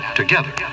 together